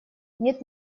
нет